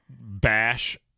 bash